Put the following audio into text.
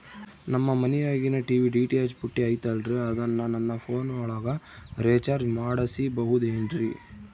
ನಮ್ಮ ಮನಿಯಾಗಿನ TV DTH ಪುಟ್ಟಿ ಐತಲ್ರೇ ಅದನ್ನ ನನ್ನ ಪೋನ್ ಒಳಗ ರೇಚಾರ್ಜ ಮಾಡಸಿಬಹುದೇನ್ರಿ?